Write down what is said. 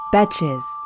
Betches